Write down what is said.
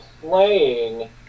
playing